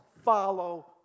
follow